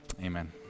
amen